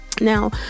Now